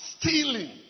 stealing